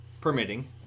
permitting